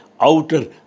outer